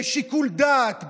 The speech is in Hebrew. בשיקול דעת,